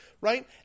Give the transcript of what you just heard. right